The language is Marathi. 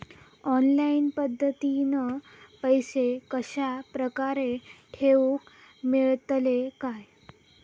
ऑनलाइन पद्धतीन पैसे कश्या प्रकारे ठेऊक मेळतले काय?